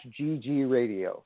ggradio